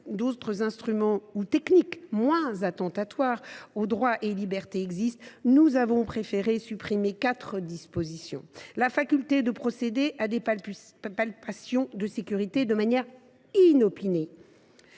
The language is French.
d’autres instruments ou techniques moins attentatoires aux droits et libertés existent, nous avons préféré supprimer quatre mesures : la faculté de procéder à des palpations de sécurité de manière inopinée